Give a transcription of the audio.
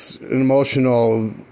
emotional